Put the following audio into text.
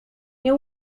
nie